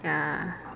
ya